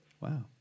Wow